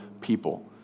people